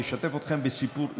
אני רוצה לשתף אתכם בסיפור אישי.